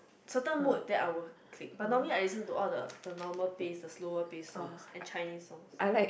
certain mood that I will click but normally I listen to all the the normal pitch the slower pitch songs and Chinese songs